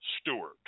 Stewart